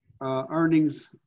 earnings